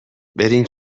برین